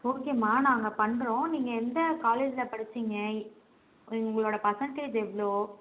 ஓகேம்மா நாங்கள் பண்ணுறோம் நீங்கள் எந்த காலேஜில் படிச்சீங்க உங்களோடய பர்சன்டேஜ் எவ்வளோ